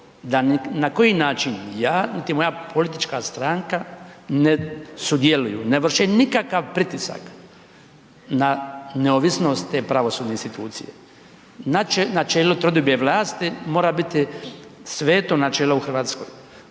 na koji način, ja niti moja politička stranka ne sudjeluju, ne vrše nikakav pritisak na neovisnost te pravosudne institucije. Načelo trodiobe vlasti mora biti sveto načelo u Hrvatskoj,